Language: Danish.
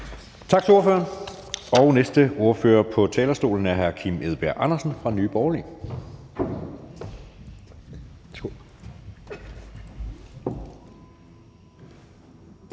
Tak til ordføreren. Den næste ordfører på talerstolen er hr. Kim Edberg Andersen fra Nye Borgerlige.